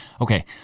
Okay